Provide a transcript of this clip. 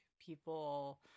People